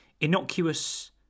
innocuous